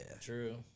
True